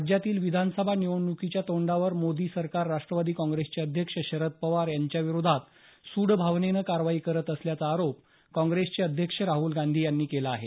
राज्यातील विधानसभा निवडणुकीच्या तोंडावर मोदी सरकार राष्ट्रवादी काँप्रेसचे अध्यक्ष शरद पवार यांच्याविरुद्ध सूडभावनेनं कारवाई करत असल्याचा आरोप काँग्रेसचे अध्यक्ष राहल गांधी यांनी केला आहे